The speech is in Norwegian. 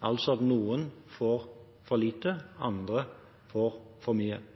altså at noen får for lite, andre får for mye.